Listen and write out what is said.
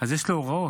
יש לו הוראות.